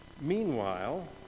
Meanwhile